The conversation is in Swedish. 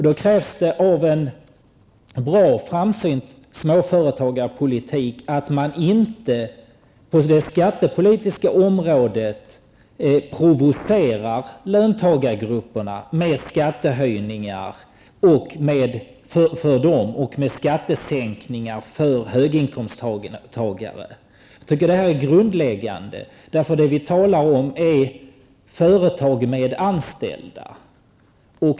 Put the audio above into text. Det krävs av en bra, framsynt småföretagarpolitik att den inte på det skattepolitiska området provocerar löntagargrupperna med skattesänkningar för höginkomsttagare och skattehöjningar för löntagare. Detta är grundläggande. Det vi talar om är företag med anställda.